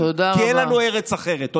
כי אין לנו ארץ אחרת.